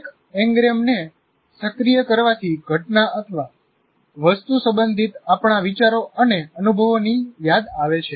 એક એન્ગ્રેમને સક્રિય કરવાથી ઘટના અથવા વસ્તુ સંબંધિત આપણા વિચારો અને અનુભવોની યાદ આવે છે